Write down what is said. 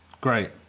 great